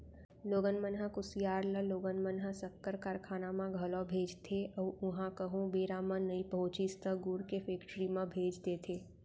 लोगन मन ह कुसियार ल लोगन मन ह सक्कर कारखाना म घलौ भेजथे अउ उहॉं कहूँ बेरा म नइ पहुँचिस त गुड़ के फेक्टरी म भेज देथे